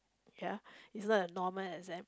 ya it's not a normal exam